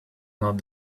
not